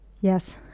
Yes